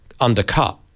undercut